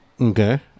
Okay